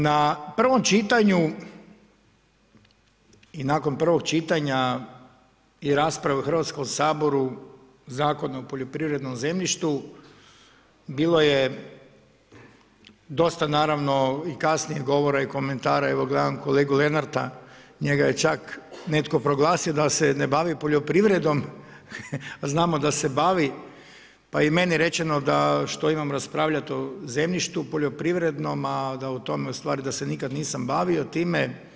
Na prvom čitanju i nakon prvog čitanja i rasprave u Hrvatskom saboru Zakona o poljoprivrednom zemljištu bilo je dosta i kasnije govora i komentara, evo gledam kolegu Lenarta, njega je čak njega proglasio da se ne bavi poljoprivredom, a znamo da se bavi, pa i meni je rečeno da što imam raspravljati o zemljištu, poljoprivrednom, a da se nikada nisam bavio time.